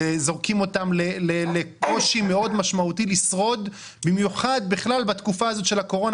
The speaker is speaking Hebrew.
זורקים אותן לקושי מאוד משמעותי לשרוד במיוחד בתקופה הזאת של הקורונה,